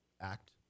act